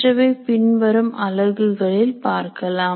மற்றவை பின் வரும் அலகுகளில் பார்க்கலாம்